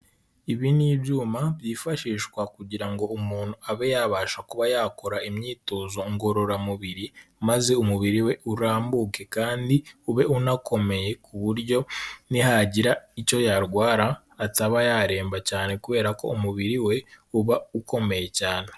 Ibi ni ibyuma byifashishwa kugira ngo umuntu abe yabasha kuba yakora imyitozo ngororamubiri, maze umubiri we urambuke kandi ube unakomeye, ku buryo nihagira icyo yarwara, ataba yaremba cyane kubera ko umubiri we uba ukomeye cyane.